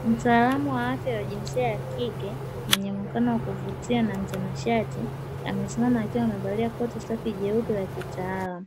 Mtaalamu wa afya wa jinsia ya kike mwenye muonekano wa kuvutia na mtanashati, amesimama akiwa amevalia koti safi jeupe la kitaalamu,